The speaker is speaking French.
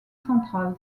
central